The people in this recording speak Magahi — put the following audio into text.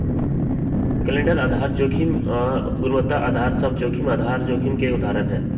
कैलेंडर आधार जोखिम आऽ गुणवत्ता अधार सभ जोखिम आधार जोखिम के उदाहरण हइ